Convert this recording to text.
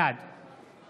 בעד